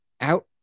out